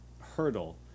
hurdle